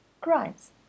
crimes